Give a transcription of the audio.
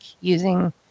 using